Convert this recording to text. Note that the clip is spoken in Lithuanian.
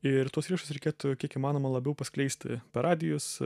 ir tuos įrašus reikėtų kiek įmanoma labiau paskleisti per radijus